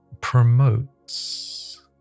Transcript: promotes